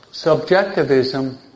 Subjectivism